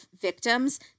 victims